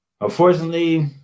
Unfortunately